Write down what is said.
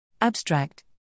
Abstract